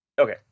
Okay